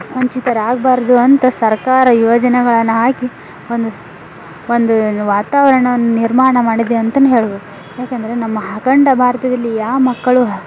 ವಂಚಿತರಾಗಬಾರ್ದು ಅಂತ ಸರ್ಕಾರ ಯೋಜನೆಗಳನ್ನು ಹಾಕಿ ಒಂದು ಸ್ ಒಂದು ಏನು ವಾತಾವರ್ಣವನ್ನು ನಿರ್ಮಾಣ ಮಾಡಿದೆ ಅಂತನೂ ಹೇಳ್ಬೋದು ಏಕೆಂದರೆ ನಮ್ಮ ಅಖಂಡ ಭಾರತದಲ್ಲಿ ಯಾ ಮಕ್ಕಳು